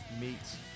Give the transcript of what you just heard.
meets